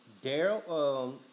Daryl